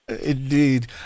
Indeed